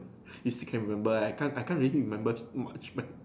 you still can remember eh I can't I can't really remember much man